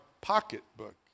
pocketbook